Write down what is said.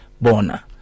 bona